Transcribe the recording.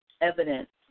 evidence